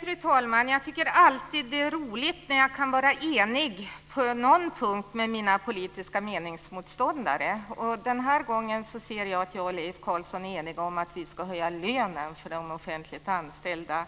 Fru talman! Jag tycker alltid att det är roligt när jag kan vara enig på någon punkt med mina politiska meningsmotståndare. Den här gången ser jag att jag och Leif Carlson är eniga om att vi ska höja lönen för de offentligt anställda